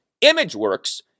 ImageWorks